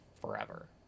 forever